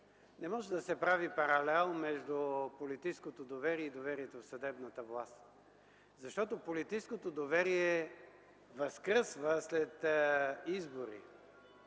Не може да се прави паралел между политическото доверие и доверието в съдебната власт. Защото политическото доверие възкръсва след избори,